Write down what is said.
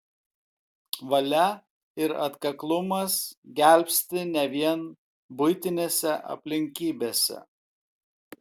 valia ir atkaklumas gelbsti ne vien buitinėse aplinkybėse